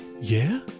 Yeah